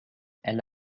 elle